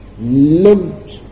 Looked